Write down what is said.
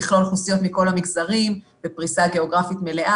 יכלול אוכלוסיות מכל המגזרים בפריסה גיאוגרפית מלאה,